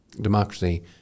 democracy